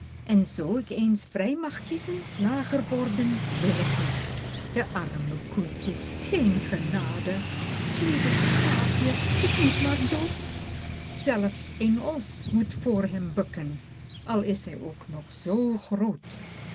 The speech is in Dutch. en zoo ik eens vrij mag kiezen slager worden wil ik niet pieter louwerse alles zingt de arme koetjes geen genade t lieve schaapje t moet maar dood zelfs een os moet voor hem bukken al is hij ook nog zoo groot